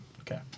Okay